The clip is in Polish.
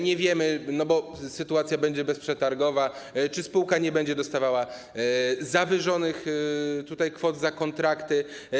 Nie wiemy, bo sytuacja będzie bezprzetargowa, czy spółka nie będzie dostawała zawyżonych kwot za kontrakty.